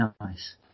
nice